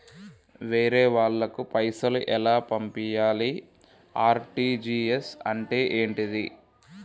వేరే వాళ్ళకు పైసలు ఎలా పంపియ్యాలి? ఆర్.టి.జి.ఎస్ అంటే ఏంటిది?